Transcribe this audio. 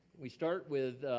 we start with